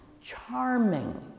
charming